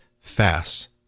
fast